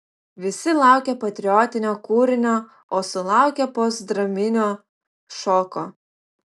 visi laukė patriotinio kūrinio o sulaukė postdraminio šoko